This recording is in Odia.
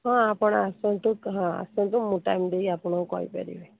ହଁ ଆପଣ ଆସନ୍ତୁ ହଁ ଆସନ୍ତୁ ମୁଁ ଟାଇମ୍ ଦେଇକି ଆପଣଙ୍କୁ କହି ପାରିବି